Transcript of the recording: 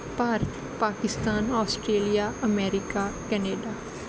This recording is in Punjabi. Bharat Pakistan Australia America Canada